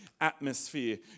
atmosphere